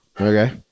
okay